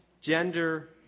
gender